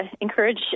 encourage